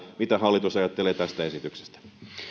mitä hallitus ajattelee tästä esityksestä